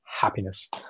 happiness